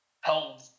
held